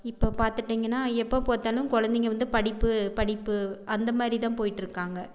இப்போ பார்த்துட்டிங்கன்னா எப்போ பார்த்தாலும் குழந்தைங்க வந்து படிப்பு படிப்பு அந்த மாதிரி தான் போய்ட்டு இருக்காங்க